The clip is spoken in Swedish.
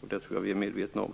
Det tror jag att vi är medvetna om.